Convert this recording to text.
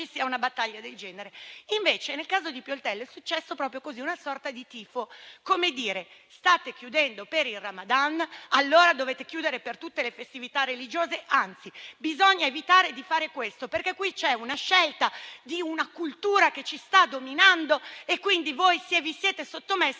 sia una battaglia del genere. Invece, nel caso di Pioltello è successo proprio questo. C'è stata una sorta di tifo, come dire: state chiudendo per il Ramadan, allora dovete chiudere per tutte le festività religiose; anzi, bisogna evitare di fare questo, perché qui c'è una scelta di una cultura che ci sta dominando e quindi vi siete sottomessi